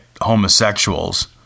homosexuals